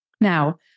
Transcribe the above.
Now